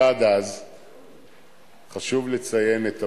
אדוני היושב-ראש,